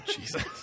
Jesus